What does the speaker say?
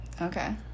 Okay